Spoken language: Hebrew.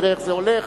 נראה איך זה הולך.